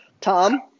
Tom